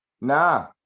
nah